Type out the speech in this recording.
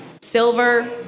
silver